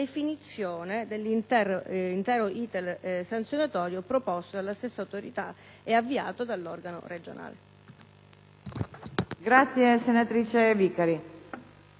definizione dell'intero *iter* sanzionatorio proposto dalla stessa autorità marittima e avviato dall'organo regionale.